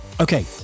okay